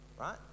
right